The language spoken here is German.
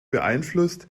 beeinflusst